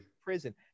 prison